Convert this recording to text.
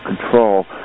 control